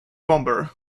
bomber